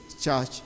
church